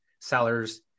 sellers